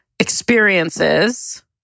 experiences